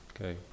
Okay